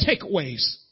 takeaways